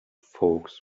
folks